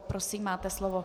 Prosím, máte slovo.